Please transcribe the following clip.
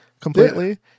completely